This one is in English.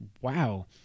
wow